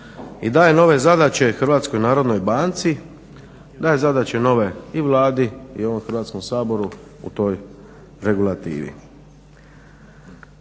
i daje nove zadaće HNB-u, daje zadaće nove i Vladi i ovom Hrvatskom saboru u toj regulativi.